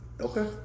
Okay